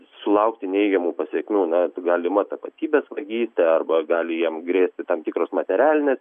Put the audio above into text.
sulaukti neigiamų pasekmių na galima tapatybės vagystė arba gali jiem grėsti tam tikros materialinės